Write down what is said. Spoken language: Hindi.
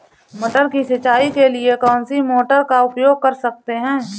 मटर की सिंचाई के लिए कौन सी मोटर का उपयोग कर सकते हैं?